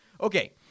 Okay